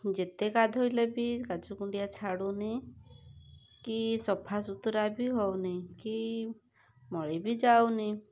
ଯେତେ ଗାଧୋଇଲେ ବି କାଛୁକୁଣ୍ଡିଆ ଛାଡ଼ୁନି କି ସଫାସୁତୁରା ବି ହଉନି କି ମଳି ବି ଯାଉନି